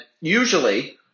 usually